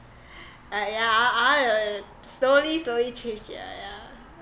uh yeah I will slowly slowly change yeah yeah